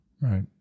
Right